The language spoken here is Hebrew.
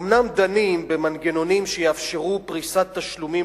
אומנם דנים במנגנונים שיאפשרו פריסת תשלומים